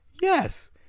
Yes